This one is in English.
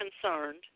concerned